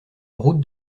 route